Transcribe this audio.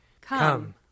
Come